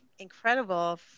incredible